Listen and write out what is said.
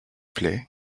plait